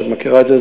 ואת מכירה את זה,